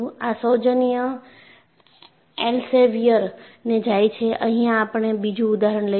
આ સૌજન્ય એલ્સેવિયરને જાય છે અહિયાં આપણે બીજું ઉદાહરણ લઈશું